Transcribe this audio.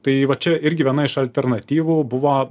tai va čia irgi viena iš alternatyvų buvo